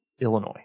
Illinois